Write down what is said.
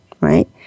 right